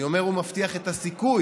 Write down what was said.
אני אומר: מבטיח את הסיכוי.